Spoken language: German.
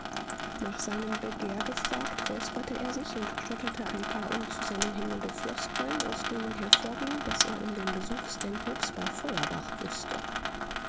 nach seinem begehr gefragt räusperte er sich und stotterte ein paar unzusammenhängende floskeln aus denen hervorging daß er um den besuch stanhopes bei feuerbach wußte